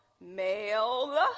male